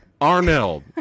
arnold